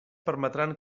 permetran